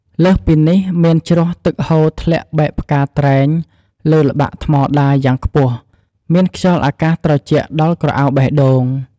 លើសពីនេះ មានជ្រោះទឹកហូរធ្លាក់បែកផ្កាត្រែងលើល្បាក់ថ្មដាយ៉ាងខ្ពស់ មានខ្យល់អាកាសត្រជាក់ដល់ក្រអៅបេះដូង។